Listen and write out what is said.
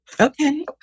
Okay